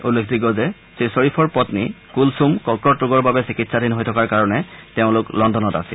উল্লেখযোগ্য যে শ্বৰিফৰ পন্নী কুলছুম কৰ্কট ৰোগৰ বাবে চিকিৎসাধীন হৈ থকাৰ কাৰণে তেওঁলোক লণ্ডনত আছিল